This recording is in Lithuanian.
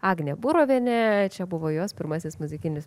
agnė burovienė čia buvo jos pirmasis muzikinis